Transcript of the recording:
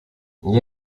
gli